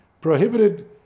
prohibited